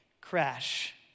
crash